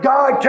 God